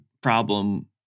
problem